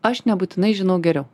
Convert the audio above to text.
aš nebūtinai žinau geriau